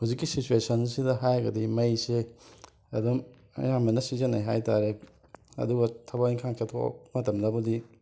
ꯍꯧꯖꯤꯛꯀꯤ ꯁꯤꯁ꯭ꯋꯦꯁꯟꯁꯤꯗ ꯍꯥꯏꯔꯒꯗꯤ ꯃꯩꯁꯦ ꯑꯗꯨꯝ ꯑꯌꯥꯝꯕꯅ ꯁꯤꯖꯤꯟꯅꯩ ꯍꯥꯏ ꯇꯥꯔꯦ ꯑꯗꯨꯒ ꯊꯕꯛ ꯏꯟꯈꯥꯡ ꯆꯠꯊꯣꯛꯄ ꯃꯇꯝꯗꯕꯨꯗꯤ